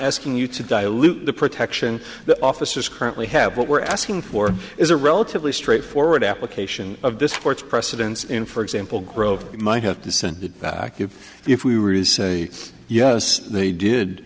asking you to dilute the protection the officers currently have what we're asking for is a relatively straightforward application of this court's precedents in for example growth might have to send it back you if we were to say yes they did